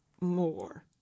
more